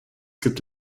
gibt